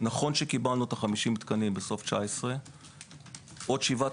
נכון שקיבלנו 50 תקנים בסוף שנת 2019. עוד שבעה